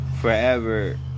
forever